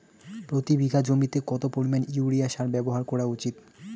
প্রতি বিঘা জমিতে কত পরিমাণ ইউরিয়া সার ব্যবহার করা উচিৎ?